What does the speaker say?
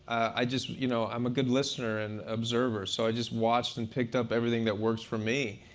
i just you know i'm a good listener and observer. so i just watched and picked up everything that works for me.